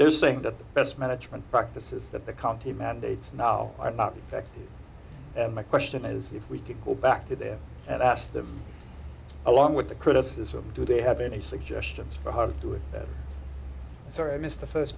they're saying that the best management practices that the county mandates now are not there and my question is if we could go back to them and asked the along with the criticism do they have any suggestions for how to do it sorry i missed the first